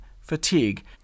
fatigue